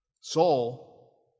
Saul